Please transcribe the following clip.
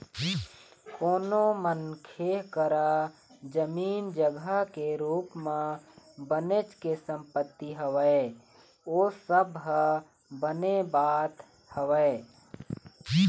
कोनो मनखे करा जमीन जघा के रुप म बनेच के संपत्ति हवय ओ सब ह बने बात हवय